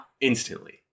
instantly